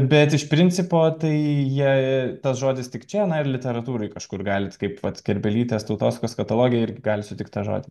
bet iš principo tai jei tas žodis tik čia na ir literatūroj kažkur galit kaip vat kerbelytės tautosakos kataloge ir gali sutikt tą žodį